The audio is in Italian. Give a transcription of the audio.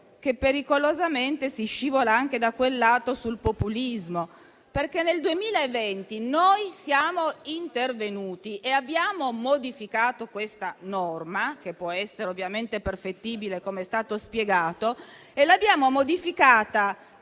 che pericolosamente si scivola anche da quel lato sul populismo. Nel 2020 noi siamo intervenuti e abbiamo modificato questa norma - che può essere ovviamente perfettibile, come è stato spiegato - e l'abbiamo modificata